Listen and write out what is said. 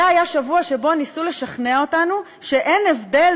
זה היה שבוע שבו ניסו לשכנע אותנו שאין הבדל